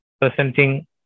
presenting